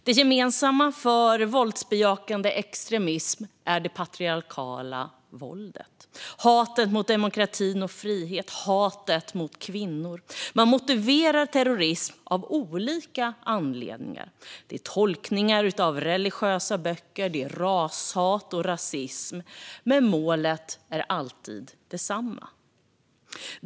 Det gemensamma för våldsbejakande extremism är det patriarkala våldet, hatet mot demokrati och frihet och hatet mot kvinnor. Man motiverar terrorismen med olika argument - tolkningar av religiösa böcker, rashat och rasism - men målet är alltid detsamma.